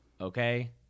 okay